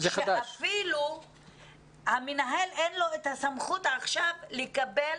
שאפילו המנהל, אין לו את הסמכות לקבל